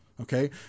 Okay